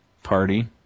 party